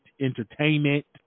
entertainment